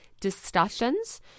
discussions